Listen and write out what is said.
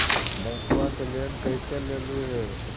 बैंकवा से लेन कैसे लेलहू हे?